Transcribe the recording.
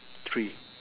three